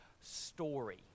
story